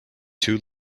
two